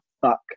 fuck